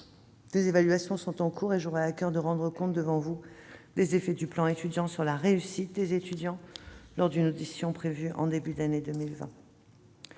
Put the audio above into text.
Des évaluations sont en cours, et j'aurai à coeur de rendre compte devant vous des effets du plan Étudiants sur la réussite des étudiants en licence lors d'une audition prévue en début d'année